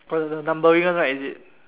got the numbering one right is it